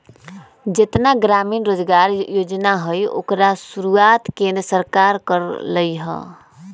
जेतना ग्रामीण रोजगार योजना हई ओकर शुरुआत केंद्र सरकार कर लई ह